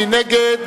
מי נגד?